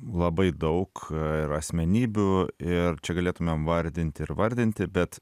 labai daug ir asmenybių ir čia galėtumėm vardinti ir vardinti bet